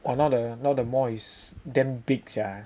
!wah! now the now the mall is damn big sia